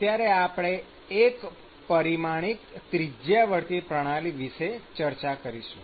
અત્યારે આપણે એક પરિમાણિક ત્રિજયાવર્તી પ્રણાલી વિષે ચર્ચા કરીશું